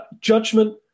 judgment